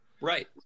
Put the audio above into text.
Right